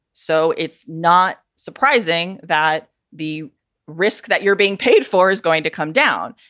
so it's not surprising that the risk that you're being paid for is going to come down.